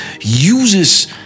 uses